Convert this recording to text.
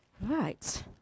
Right